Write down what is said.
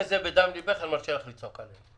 בגלל שאת מדברת מדם לבך אני מרשה לך לצעוק עלי.